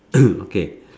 okay